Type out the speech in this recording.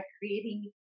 creating